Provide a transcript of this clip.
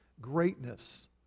greatness